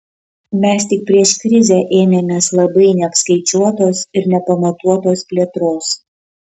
mes tik prieš krizę ėmėmės labai neapskaičiuotos ir nepamatuotos plėtros